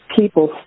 people